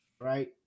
Right